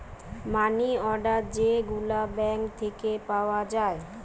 মানি order যে গুলা bank থিকে পাওয়া যায়